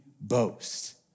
boast